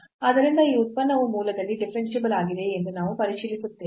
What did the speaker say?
ಆದ್ದರಿಂದ ಈ ಉತ್ಪನ್ನವು ಮೂಲದಲ್ಲಿ ಡಿಫರೆನ್ಸಿಬಲ್ ಆಗಿದೆಯೇ ಎಂದು ನಾವು ಪರಿಶೀಲಿಸುತ್ತೇವೆ